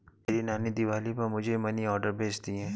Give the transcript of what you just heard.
मेरी नानी दिवाली पर मुझे मनी ऑर्डर भेजती है